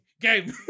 Game